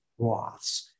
Roths